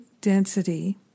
density